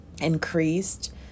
increased